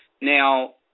Now